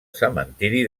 cementiri